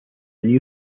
new